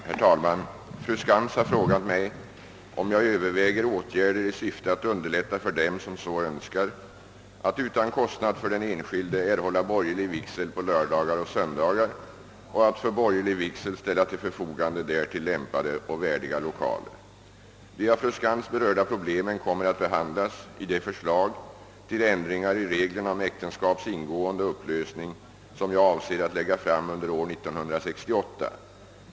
Herr talman! Fru Skantz har frågat mig om jag överväger åtgärder i syfte att underlätta för dem som så önskar att, utan kostnad för den enskilde, erhålla borgerlig vigsel på lördagar och söndagar och att för borgerlig vigsel ställa till förfogande därtill lämpade och värdiga lokaler. De av fru Skantz berörda problemen kommer att behandlas i det förslag till ändringar i reglerna om äktenskaps ingående och upplösning, som jag avser att lägga fram under år 1968.